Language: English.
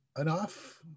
enough